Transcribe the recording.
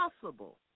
possible